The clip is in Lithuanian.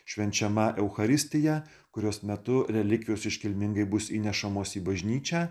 švenčiama eucharistija kurios metu relikvijos iškilmingai bus įnešamos į bažnyčią